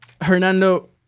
Hernando